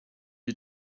you